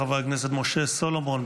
חבר הכנסת משה סולומון,